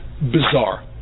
bizarre